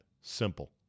simple